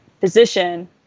position